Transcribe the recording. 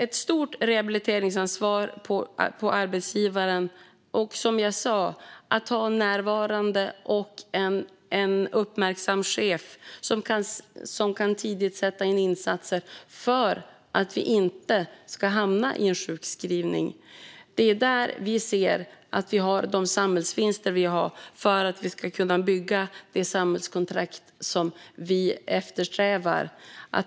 Ett stort rehabiliteringsansvar vilar på arbetsgivaren. Som jag sa är det önskvärt att ha en närvarande och uppmärksam chef som tidigt kan sätta in insatser för att människor inte ska hamna i sjukskrivning. Det är där vi ser att det finns samhällsvinster att göra för att vi ska kunna ha det samhällskontrakt som vi eftersträvar.